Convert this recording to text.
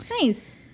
nice